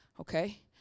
okay